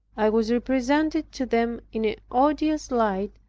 i was represented to them in an odious light,